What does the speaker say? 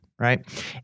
right